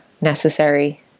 necessary